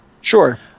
sure